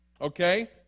Okay